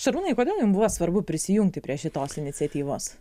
šarūnai kodėl jum buvo svarbu prisijungti prie šitos iniciatyvos